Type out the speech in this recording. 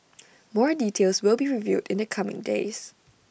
more details will be revealed in the coming days